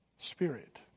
Spirit